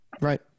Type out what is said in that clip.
Right